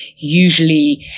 usually